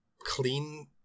clean